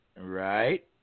right